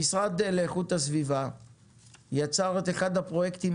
המשרד לאיכות הסביבה יצר את אחד הפרויקטים